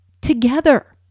together